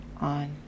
on